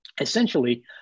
essentially